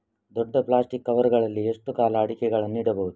ದೊಡ್ಡ plastic cover ಗಳಲ್ಲಿ ಎಷ್ಟು ಕಾಲ ಅಡಿಕೆಗಳನ್ನು ಇಡಬಹುದು?